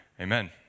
amen